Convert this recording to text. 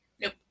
Nope